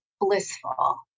blissful